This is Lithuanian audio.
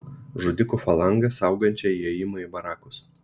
žudikų falangą saugančią įėjimą į barakus